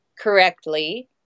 correctly